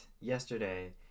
yesterday